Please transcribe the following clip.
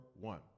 one